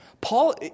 Paul